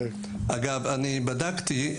אגב, אני בדקתי.